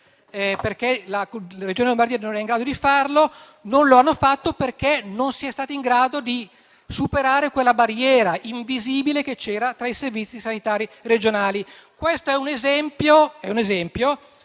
perché la Regione Lombardia non era in grado di farlo. Non lo hanno fatto perché non si è stati in grado di superare quella barriera invisibile che c'era tra i servizi sanitari regionali. Questo è un esempio